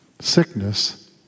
sickness